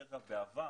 דרך אגב, בעבר,